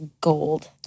gold